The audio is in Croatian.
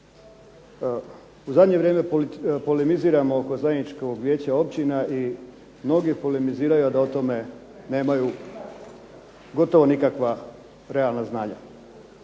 u zadnje vijeće polemiziramo oko zajedničkog Vijeća općina i mnogi polemiziraju a da o tome nemaju gotovo nikakva realna znanja,